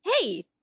Hey